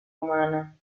umana